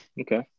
Okay